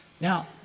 Now